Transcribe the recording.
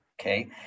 Okay